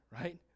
right